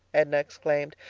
edna exclaimed.